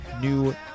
new